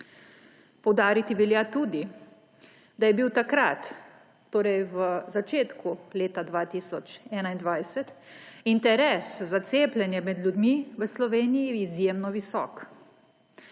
Poudariti velja tudi, da je bil takrat, torej v začetku leta 2021, interes za cepljenje med ljudmi v Sloveniji izjemno visok.